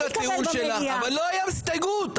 אבל לא הייתה הסתייגות.